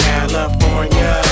California